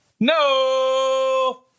No